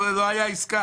לא הייתה עסקה.